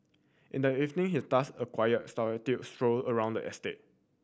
in the evening he task a quiet solitary stroll around the estate